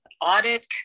Audit